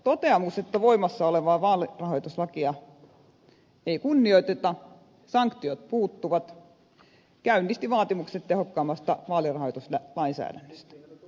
toteamus että voimassa olevaa vaalirahoituslakia ei kunnioiteta sanktiot puuttuvat käynnisti vaatimukset tehokkaammasta vaalirahoituslainsäädännöstä